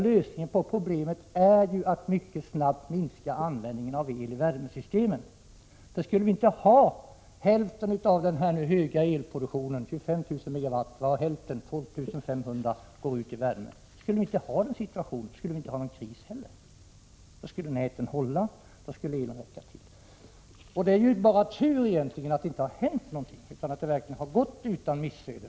Lösningen är att mycket snabbt minska användningen av el i värmesystemen. Skulle inte hälften av den här höga elproduktionen på 25 000 MW, dvs. 12 500 MW, gå ut i värmesystemen, då skulle vi inte ha någon kris heller. Då skulle näten hålla, och då skulle elen räcka till. Det är egentligen bara tur att det inte har hänt någonting utan att det har gått utan missöden.